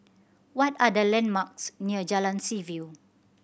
what are the landmarks near Jalan Seaview